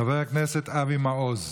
חבר הכנסת אבי מעוז,